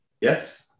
Yes